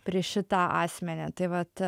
prieš šitą asmenį tai vat